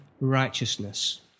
righteousness